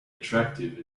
attractive